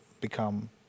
become